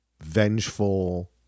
vengeful